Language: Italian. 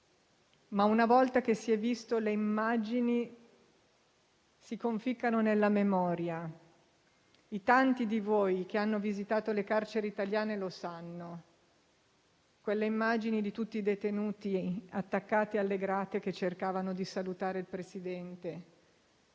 ma, una volta che si sono viste le immagini, si conficcano nella memoria. I tanti di voi che hanno visitato le carceri italiane lo sanno. Ho in mente le immagini di tutti i detenuti attaccati alle grate che cercavano di salutare il Presidente;